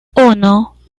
uno